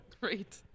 Great